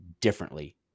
differently